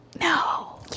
no